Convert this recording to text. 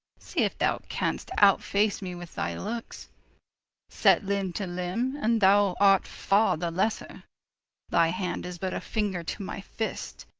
see if thou canst out-face me with thy lookes set limbe to limbe, and thou art farre the lesser thy hand is but a finger to my fist,